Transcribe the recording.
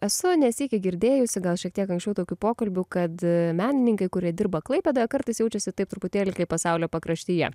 esu ne sykį girdėjusi gal šiek tiek anksčiau tokių pokalbių kad menininkai kurie dirba klaipėdoje kartais jaučiasi taip truputėlį kaip pasaulio pakraštyje